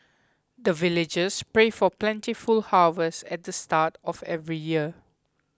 the villagers pray for plentiful harvest at the start of every year